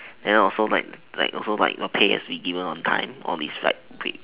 then also like like also like your pay has to be given on time all this slight thing